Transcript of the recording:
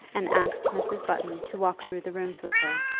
and asked mrs. button to walk through the rooms with her.